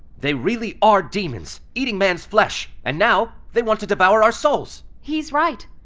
they really are demons eating man's flesh, and now they want to devour our souls! he's right.